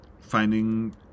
finding